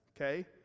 Okay